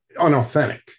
unauthentic